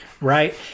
right